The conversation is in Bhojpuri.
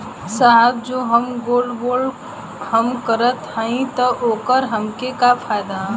साहब जो हम गोल्ड बोंड हम करत हई त ओकर हमके का फायदा ह?